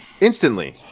Instantly